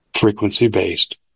frequency-based